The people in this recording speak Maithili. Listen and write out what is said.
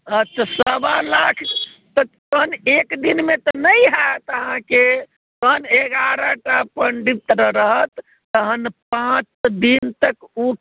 अच्छा सवा लाख तहन एक दिनमे तऽ नहि होयत अहाँकेँ तहन एगारहटा पण्डित रहत तहन पाँच दिन तक ओ